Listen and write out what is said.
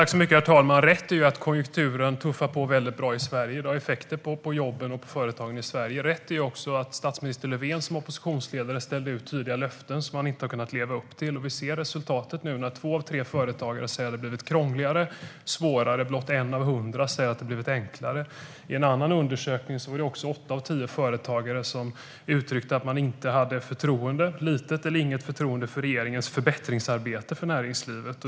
Herr talman! Rätt är att konjunkturen tuffar på väldigt bra i Sverige. Det ger effekter på jobben och på företagen i Sverige. Rätt är också: När statsminister Löfven var oppositionsledare ställde han ut tydliga löften som han inte har kunnat leva upp till. Vi ser resultatet nu när två av tre företagare säger att det har blivit krångligare och svårare. Blott en av hundra säger att det har blivit enklare. I en annan undersökning var det åtta av tio företagare som uttryckte att de hade litet eller inget förtroende för regeringens förbättringsarbete i fråga om näringslivet.